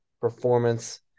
performance